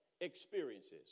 experiences